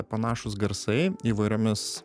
panašūs garsai įvairiomis